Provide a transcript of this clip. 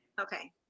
Okay